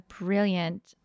brilliant